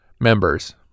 members